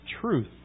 truth